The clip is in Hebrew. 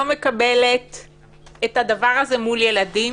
אני לא מקבלת את הדבר הזה מול ילדים,